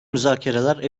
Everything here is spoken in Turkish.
müzakereler